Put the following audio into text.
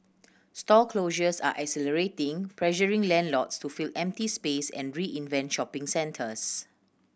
store closures are accelerating pressuring landlords to fill empty space and reinvent shopping centres